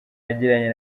yagiranye